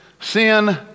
sin